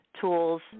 tools